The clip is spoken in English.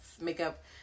makeup